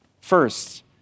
First